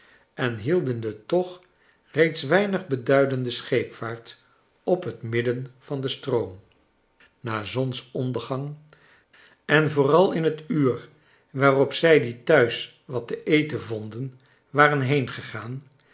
en hielden de toch reeds weinig beduidende scheepvaart op het midden van den stroom na zonsonclergang en vooral in het uur waarop zij die thuis wat te eten vonden waren